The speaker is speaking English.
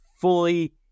fully